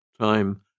Time